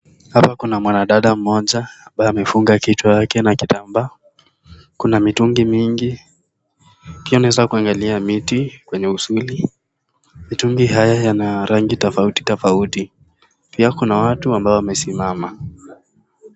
Hapa kuna mwanadada mmoja ambaye amefunga kichwa yake na kitambaa, kuna mitungi mingi pia unaweza kuangalia miti kwenye uzuri. Miti haya yana rangi tofauti tofauti, pia kuna watu ambao wamesimama.